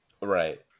Right